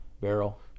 Barrel